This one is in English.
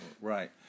Right